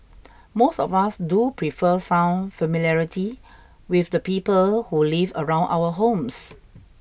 most of us do prefer some familiarity with the people who live around our homes